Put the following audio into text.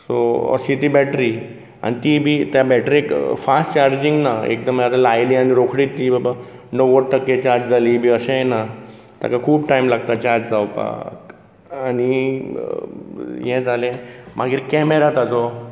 so अशी ती battery आनी ती बी त्या बॅट्रेक फास्ट चार्जींग ना एकदम आतां लायली आनी रोखडीच ती बाबा णव्वद टक्के चार्ज जाली बी अशेंय ना ताका खूब टायम लागता चार्ज जावपाक आनी हें जालें मागीर कॅमेरा ताचो